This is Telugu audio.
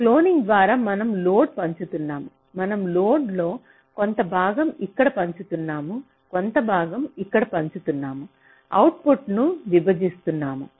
క్లోనింగ్ ద్వారా మనం లోడ్ పంచుతున్నాము మనం లోడ్లో కొంత భాగం ఇక్కడ పంచుతున్న కొంత భాగం ఇక్కడ పంచుతున్నము అవుట్పుట్ను విభజిస్తున్నాము